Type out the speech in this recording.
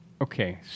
Okay